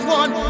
one